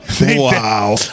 Wow